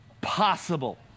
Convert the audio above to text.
possible